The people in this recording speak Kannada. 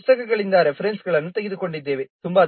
ನಾವು ಈ ಪುಸ್ತಕಗಳಿಂದ ರೆಫರೆನ್ಸ್ಗಳನ್ನು ತೆಗೆದುಕೊಂಡಿದ್ದೇವೆ